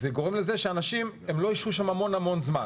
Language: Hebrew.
יגרום לזה שאנשים לא ישהו שם המון המון זמן.